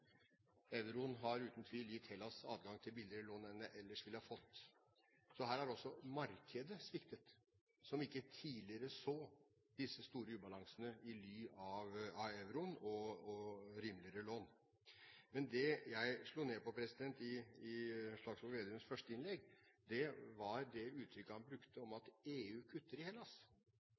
Euroen har uten tvil gitt Hellas adgang til billigere lån enn landet ellers ville ha fått. Så her har også markedet sviktet, som ikke tidligere så disse store ubalansene i ly av euroen og rimeligere lån. Men det jeg slo ned på i Slagsvold Vedums første innlegg, var det uttrykket han brukte om at EU kutter i